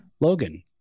Logan